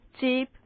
Cheap